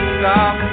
stop